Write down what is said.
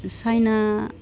साइना